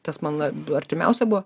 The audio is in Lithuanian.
tas man artimiausia buvo